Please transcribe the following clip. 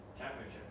championship